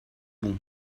bon